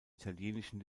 italienischen